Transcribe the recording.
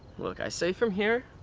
look i say from here.